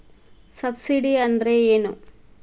Subsidy ಅಂದ್ರೆ ಏನು?